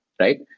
right